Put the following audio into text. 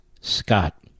Scott